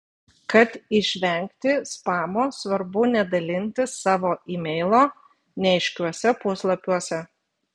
kad išvengti spamo svarbu nedalinti savo emailo neaiškiuose puslapiuose